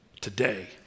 Today